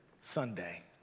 Sunday